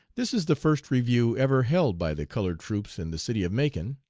this is the first review ever held by the colored troops in the city of macon.